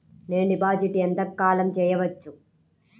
నేను డిపాజిట్ ఎంత కాలం చెయ్యవచ్చు?